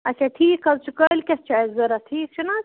اَچھا ٹھیٖک حظ چھُ کٲلۍکٮ۪تھ چھُ اَسہِ ضروٗرت ٹھیٖک چھُنا